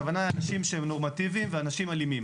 הכוונה היא לאנשים שהם נורמטיביים ולאנשים אלימים.